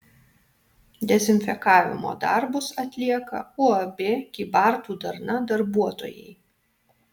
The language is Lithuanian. dezinfekavimo darbus atlieka uab kybartų darna darbuotojai